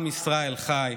עם ישראל חי.